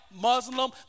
Muslim